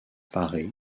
paré